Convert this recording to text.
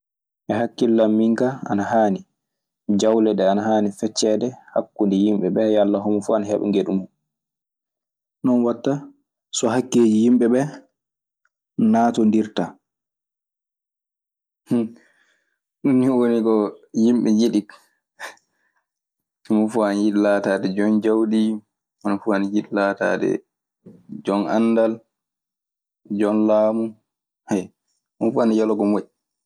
E hakillam min ka ana yani, jawleɗe ana yani feciede hakunde yimɓeɓee yalla hono fu ana heba geɗumu. Non waɗta so hakkeeji yimɓe ɓee naatondirtaa. ɗum ni woni ko yimɓe njiɗi. Moni fof ene yiɗi lataade jom jawdi, moni fof ene yiɗi lataade jom anndal, jom laamu. moni fof ene yiloo ko moƴƴi.